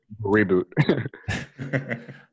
Reboot